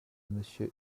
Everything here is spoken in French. monsieur